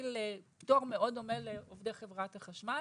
להחיל פטור מאוד דומה לעובדי חברת החשמל.